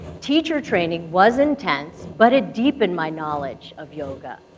teacher training was intense, but it deepened my knowledge of yoga.